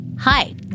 Hi